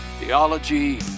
Theology